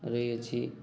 ରହିଅଛି